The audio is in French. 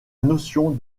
notion